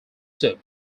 soup